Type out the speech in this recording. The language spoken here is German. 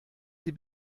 sie